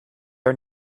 are